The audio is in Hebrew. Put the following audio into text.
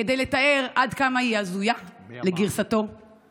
כדי לתאר עד כמה היא הזויה, לגרסתו, מי אמר?